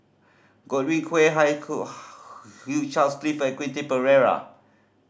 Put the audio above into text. Godwin Koay Hugh Charles Clifford and Quentin Pereira